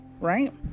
right